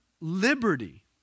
liberty